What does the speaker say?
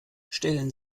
stellen